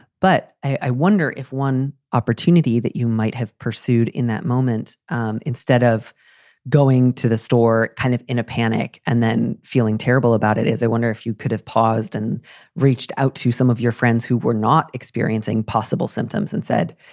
but i wonder if one opportunity that you might have pursued in that moment um instead of going to the store kind of in a panic and then feeling terrible about it, is i wonder if you could have paused and reached out to some of your friends who were not experiencing possible symptoms and said,